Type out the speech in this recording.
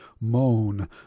moan